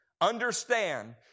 Understand